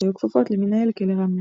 שהיו כפופות למנהל כלא רמלה.